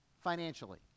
financially